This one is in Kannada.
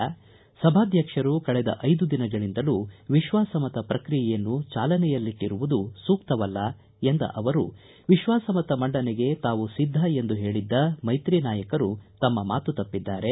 ವಿಧಾನಸಭಾಧ್ವಕ್ಷರು ಕಳೆದ ಐದು ದಿನಗಳಿಂದಲೂ ವಿಶ್ವಾಸ ಮತ ಪ್ರಕ್ರಿಯೆಯನ್ನು ಚಾಲನೆಯಲ್ಲಿಟ್ಟರುವುದು ಸೂಕ್ತವಲ್ಲ ಎಂದ ಅವರು ವಿಶ್ವಾಸ ಮತ ಮಂಡನೆಗೆ ತಾವು ಸಿದ್ದ ಎಂದು ಹೇಳದ್ದ ಮೈತ್ರಿ ನಾಯಕರು ತಮ್ಮ ಮಾತು ತಪ್ಪಿದ್ದಾರೆ